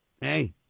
Hey